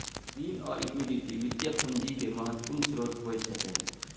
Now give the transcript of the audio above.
ऋण आ इक्विटी वित्तीय पूंजीक महत्वपूर्ण स्रोत होइत छैक